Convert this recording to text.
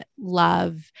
love